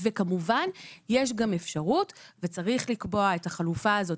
כמובן יש גם אפשרות - וצריך לקבוע את החלופה הזאת,